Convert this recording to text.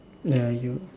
ya